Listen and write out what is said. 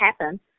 happen